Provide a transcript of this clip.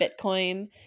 Bitcoin